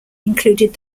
included